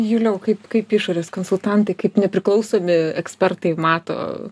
juliau kaip kaip išorės konsultantai kaip nepriklausomi ekspertai mato